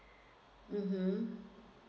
mmhmm